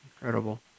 Incredible